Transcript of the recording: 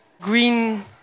green